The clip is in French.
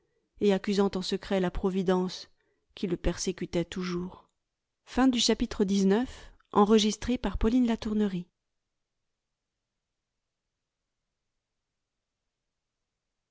et accusant en secret la providence qui le persécutait toujours